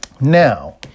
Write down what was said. Now